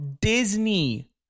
Disney